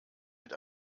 mit